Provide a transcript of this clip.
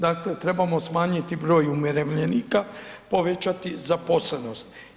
Dakle trebamo smanjiti broj umirovljenika, povećati zaposlenost.